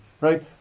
Right